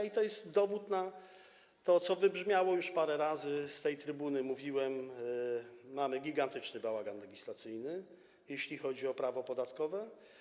I to jest dowód na to, co wybrzmiało, już parę razy z tej trybuny mówiłem: Mamy gigantyczny bałagan legislacyjny, jeśli chodzi o prawo podatkowe.